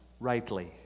rightly